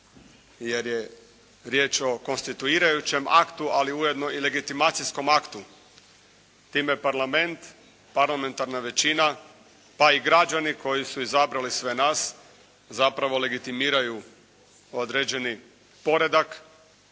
jer je riječ o konstituirajućem aktu ali i ujedno legitimacijskom aktu. Time parlament, parlamentarna većina pa i građani koji su izabrali sve nas zapravo legitimiraju određeni poredak